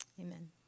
Amen